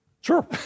Sure